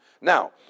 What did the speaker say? Now